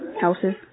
Houses